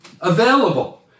available